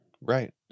Right